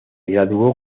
graduó